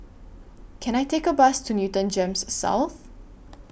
Can I Take A Bus to Newton Gems South